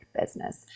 business